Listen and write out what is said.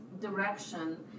direction